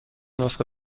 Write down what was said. نسخه